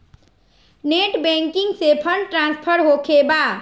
Net banking से fund transfer होखें बा?